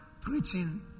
preaching